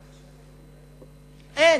אין.